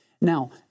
Now